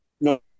No